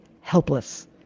helpless